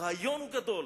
הרעיון גדול,